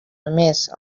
emés